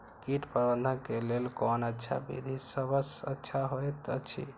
कीट प्रबंधन के लेल कोन अच्छा विधि सबसँ अच्छा होयत अछि?